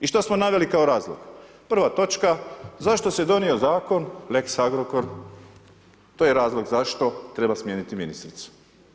I što smo naveli kao razlog, prva točka, zašto se donio zakon lex Agrokor, to je razlog zašto treba smijeniti ministricu.